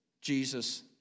Jesus